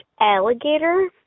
alligator